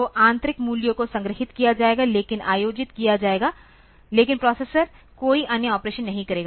तो आंतरिक मूल्यों को संग्रहीत किया जाएगा लेकिन आयोजित किया जाएगा लेकिन प्रोसेसर कोई अन्य ऑपरेशन नहीं करेगा